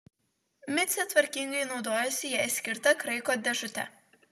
micė tvarkingai naudojasi jai skirta kraiko dėžute